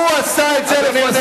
הוא עשה את זה לפנינו.